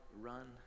run